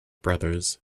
brothers